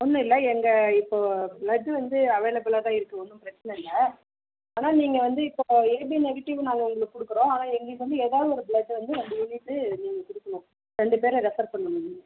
ஒன்னுமில எங்கள் இப்போது பிளட்டு வந்து அவைளபுளாக தான் இருக்குது ஒன்றும் பிரச்சின இல்லை ஆனால் நீங்கள் வந்து இப்போது ஏபி நெகடிவ் நாங்கள் உங்குளுக்கு கொடுக்கிறோம் ஆனால் எங்களுக்கு வந்து எதாவது ஒரு பிளட்டு வந்து ரெண்டு யூனிட்டு நீங்கள் கொடுக்கணும் ரெண்டு பேரை ரெஃபர் பண்ணணும் நீங்கள்